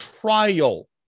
trial